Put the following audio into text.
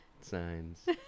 signs